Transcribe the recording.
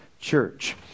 church